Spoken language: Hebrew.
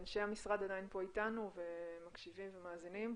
אנשי המשרד עדיין פה איתנו והם מקשיבים ומאזינים.